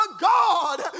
God